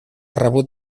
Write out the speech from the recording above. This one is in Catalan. rebut